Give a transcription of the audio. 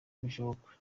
bishoboka